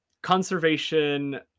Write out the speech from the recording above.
conservation